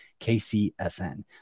KCSN